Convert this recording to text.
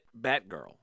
Batgirl